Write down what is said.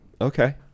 Okay